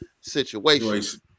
situation